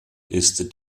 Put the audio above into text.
ist